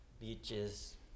beaches